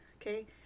Okay